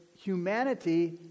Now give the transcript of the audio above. humanity